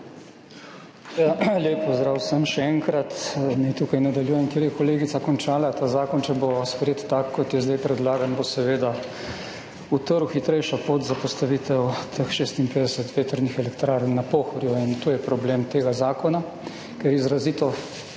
lep pozdrav vsem! Naj nadaljujem tukaj, kjer je kolegica končala. Ta zakon, če bo sprejet tak, kot je zdaj predlagan, bo seveda utrl hitrejšo pot za postavitev teh 56 vetrnih elektrarn na Pohorju. In to je problem tega zakona, ker izrazito